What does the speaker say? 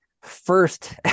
first